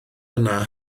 yna